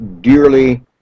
dearly